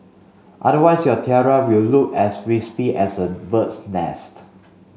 otherwise your tiara will look as wispy as a bird's nest